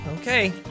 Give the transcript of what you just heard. Okay